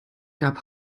gab